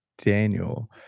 daniel